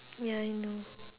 ya I know